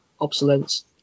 obsolescence